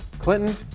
Clinton